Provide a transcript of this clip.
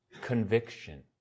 conviction